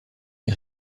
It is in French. les